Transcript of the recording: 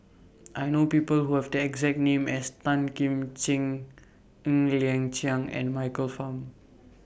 I know People Who Have The exact name as Tan Kim Ching Ng Liang Chiang and Michael Fam